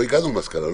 לא הגענו למסקנה,